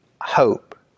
hope